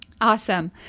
awesome